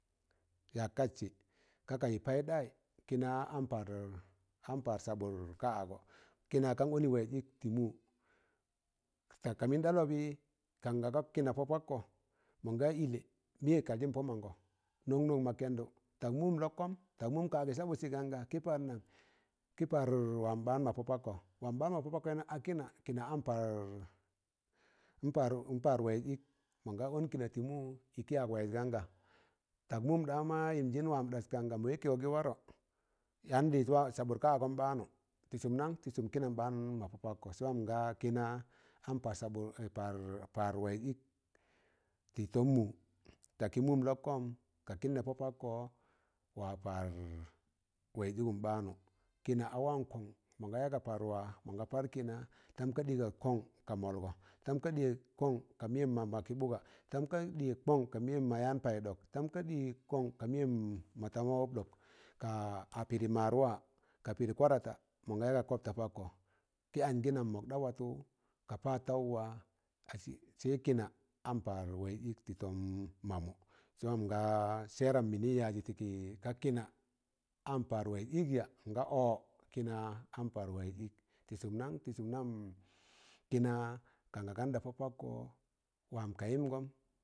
Ya katsị ka kayị paịɗayị kịna an paar sabụr kaagọ, kịna kan ọnị waịz ik tị mụ, tak ka mịn da lọbị, kan ga ga kịna pọ pakkọ, mọn ga ịlẹ mịyẹ kaljịn pọ mangọ nọn nọn ma kẹndụ tak mụm lọkkọm tak mụm kaagị sabụtsị gan ga, kị par nan, kị par wam baan ma pọ pọkkọ wam baan ma pọ pakkọị nan a kịna kịna, kịna an paar paar waịz ịk, mọnga ọn kịna tị mụ ịkị yak wayịz ganga tak mụm ɗama yịmjịm wam ɗas kanga mọ wẹ kịgọ nị warọ yaan lịz sabụr ka- agọm baanụ tị sụm nan? tị sụm kịnam baan mọ pọ pakkọ, sẹ waam n'ga kịna an paar sabụr paar waịz ịk tị tọm mụ, takị mụm lọkkọm, ka kịn nẹ pọ pakkọ wa paar waịz ịgụm baanụ kịna a wam kọng mọ ga ya ga par wa, mọn ga par kịna tam ka ɗịga kọng ka mọlgọ, tam ka ɗịyẹ kọn ka mịyẹm mamba kị bụga, tam ka ɗịyẹ kọn ka meyem ma yaan paị ɗọk, kan ka ɗịyẹ kọn ka mịyẹm ma tama wab ɗọk, ka a pịrị maad wa, ka pịrị kwarata mọ ya ga kob ta pakkọ. Kị anj kị nam mọk ɗa watụ, ka paad taụ wa a sẹ kịna an paar an paar waịz ịk tị tọm ma mụ. Sẹ wam nga. Sẹẹram mịnị yajị tị ki ka kịna an paar waịz ịk ya? nga ọ kịna an paar waịz ịk, tị sụm nan? tị sụm nam kịna kanga ganda pọ pọkkọ wam ga yịmgọm.